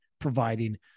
providing